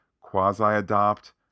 quasi-adopt